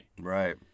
right